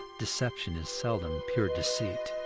deception is seldom pure deceit.